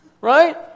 right